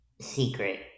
secret